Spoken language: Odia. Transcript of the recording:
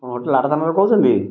ହଁ କହୁଛନ୍ତି